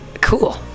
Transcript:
cool